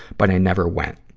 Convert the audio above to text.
but i never went.